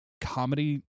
comedy